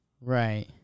Right